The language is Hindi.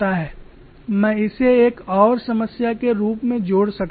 मैं इसे एक और समस्या के रूप में जोड़ सकता हूं